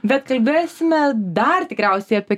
bet kalbėsime dar tikriausiai apie